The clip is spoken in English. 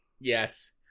Yes